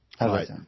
right